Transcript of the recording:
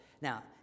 Now